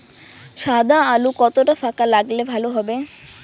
সাদা আলু কতটা ফাকা লাগলে ভালো হবে?